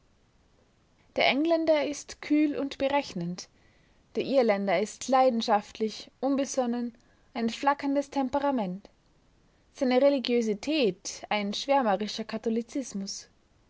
der engländer ist kühl und berechnend der irländer ist leidenschaftlich unbesonnen ein flackerndes temperament seine religiosität ein schwärmerischer katholizismus